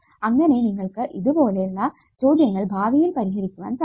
അങ്ങനെ നിങ്ങൾക്ക് ഇതുപോലുള്ള ചോദ്യങ്ങൾ ഭാവിയിൽ പരിഹരിക്കുവാൻ സാധിക്കും